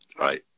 right